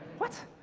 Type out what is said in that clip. what?